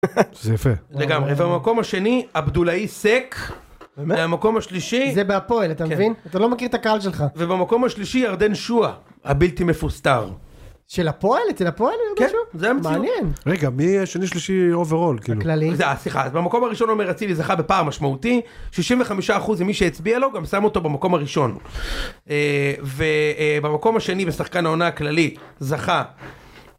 זה יפה -לגמרי -במקום השני עבדולאי סק -באמת? -במקום השלישי... -זה בהפועל, אתה מבין? אתה לא מכיר את הקהל שלך -ובמקום השלישי ירדן שועה הבלתי מפוסטר. -של הפועל, אצל הפועל ירדן שועה? -כן, זה המציאות -מעניין -רגע מי השני-שלישי אוברול? כאילו -הכלליים -אה סליחה, במקום הראשון עומר אצילי זכה בפער משמעותי, 65% ממי שהצביע לו גם שם אותו במקום הראשון. ובמקום השני ושחקן העונה הכללי זכה